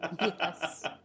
Yes